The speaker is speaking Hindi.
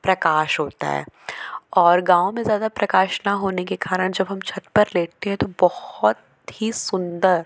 प्रकाश होता है और गाँव में ज़्यादा प्रकाश ना होने के कारण जब हम छत्त पर लेटते हैं तो बहुत ही सुंदर